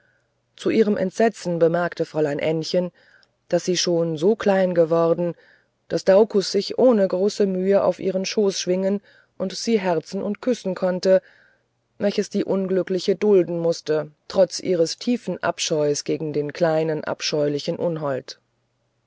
zu ihrem entsetzen bemerkte fräulein ännchen wie sie schon so klein geworden daß daucus sich ohne große mühe auf ihren schoß schwingen und sie herzen und küssen konnte welches die unglückliche dulden mußte trotz ihres tiefen abscheus gegen den kleinen abscheulichen